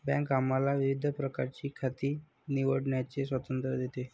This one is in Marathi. बँक आम्हाला विविध प्रकारची खाती निवडण्याचे स्वातंत्र्य देते